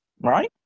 right